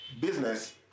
business